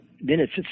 minutes